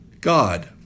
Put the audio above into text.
God